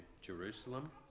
Jerusalem